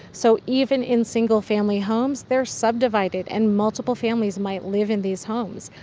so even in single-family homes, they are subdivided. and multiple families might live in these homes.